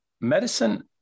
Medicine